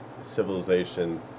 civilization